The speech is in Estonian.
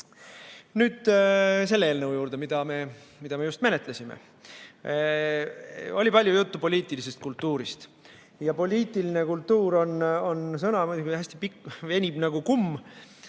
selle eelnõu juurde, mida me just menetlesime. Siin oli palju juttu poliitilisest kultuurist. Poliitiline kultuur on sõnapaarina muidugi hästi pikk, venib nagu kumm,